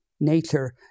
nature